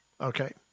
Okay